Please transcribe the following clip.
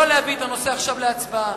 אני מוכן לא להביא את הנושא עכשיו להצבעה,